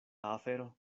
afero